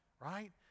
right